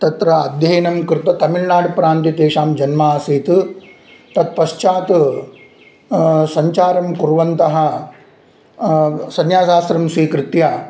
तत्र अध्ययनं कृत्वा तमिल्नाडुप्रान्ते तेषां जन्म आसीत् तत्पश्चात् सञ्चारं कुर्वन्तः संन्यासाश्रमं स्वीकृत्य